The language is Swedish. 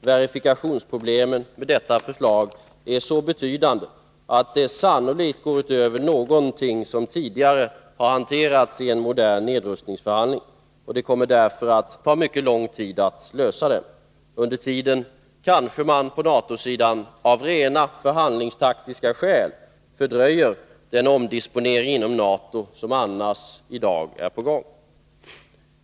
Verifikationsproblemen med detta förslag är så betydande att de sannolikt går utöver något annat som tidigare hanterats i en modern nedrustningsförhandling, och det kommer därför att ta mycket lång tid att lösa dem. Under tiden kanske man av rena förhandlingstaktiska skäl fördröjer den omdisponering inom NATO som annars i dag är på gång.